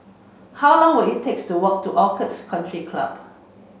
how long will it takes to walk to Orchid Country Club